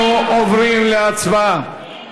עוברים להצבעה.